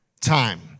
time